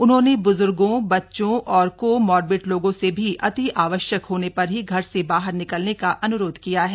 उन्होंने बुजुर्गो बच्चों और को मॉर्बिड लोगों से भी अति आवश्यक होने पर ही घर से बाहर निकलने का अनुरोध किया है